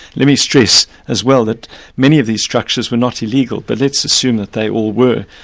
let me stress as well that many of these structures were not illegal, but let's assume that they all were,